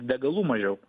degalų mažiau